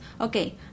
Okay